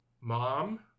mom